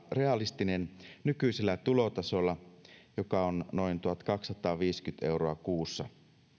realistinen nykyisellä tulotasolla joka on noin tuhatkaksisataaviisikymmentä euroa kuussa